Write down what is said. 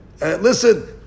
listen